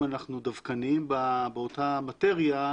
אם אנחנו דווקנים באותה מאטריה,